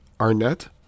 Arnett